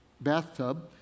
bathtub